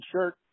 shirt